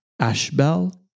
Ashbel